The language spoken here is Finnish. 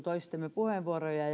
toistemme puheenvuoroja